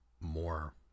more